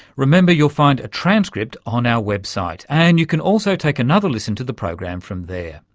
remember you'll find a transcript on our website. and you can also take another listen to the program from there,